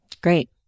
Great